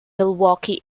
milwaukee